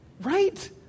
right